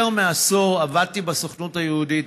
יותר מעשור עבדתי בסוכנות היהודית,